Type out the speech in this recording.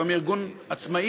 היום היא ארגון עצמאי,